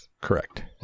Correct